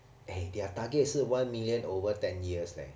eh their target 是 one million over ten years leh